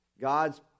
God's